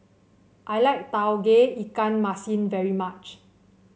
I like Tauge Ikan Masin very much